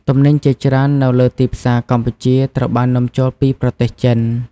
ទំនិញជាច្រើននៅលើទីផ្សារកម្ពុជាត្រូវបាននាំចូលពីប្រទេសចិន។